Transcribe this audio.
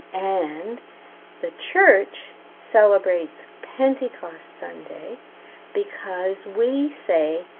and the church celebrates pentecost sunday because we say,